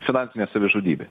finansinė savižudybė